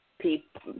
people –